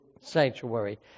sanctuary